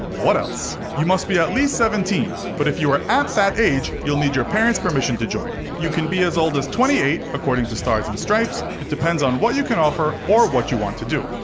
what else? you must be at least seventeen, but if you are that age you'll need your parents' permission to join. you can be as old as twenty eight, according to stars and stripes. it depends on what you can offer or what you want to do.